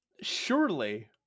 surely